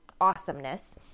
awesomeness